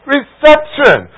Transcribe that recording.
Reception